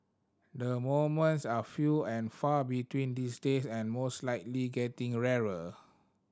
the moments are few and far between these days and most likely getting rarer